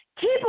Keep